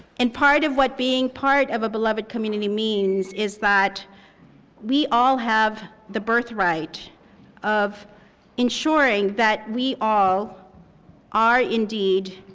and part of what being part of a beloved community means is that we all have the birthright of ensuring that we all are indeed